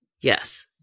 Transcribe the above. yes